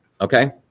okay